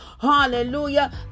Hallelujah